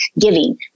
giving